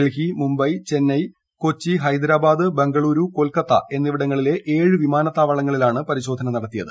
ഡൽഹി മുംബൈ ചെന്നൈ കൊച്ചി ഹൈദരാബാദ് ബെംഗളൂരു കൊൽക്കത്ത എന്നിവിടങ്ങളിലെ ഏഴ് വിമാനത്താവളങ്ങളിലാണ് പരിശോധന നടത്തിയത്